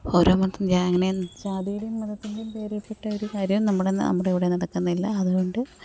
ഓരോ മതത്തിൻറ്റേ അങ്ങനെ ജാതിയുടെയും മതത്തിൻ്റെയും പേരിൽപ്പെട്ടൊരു കാര്യം നമ്മുടെ നമ്മുടിവിടെ നടക്കുന്നില്ല അതുകൊണ്ട്